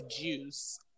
juice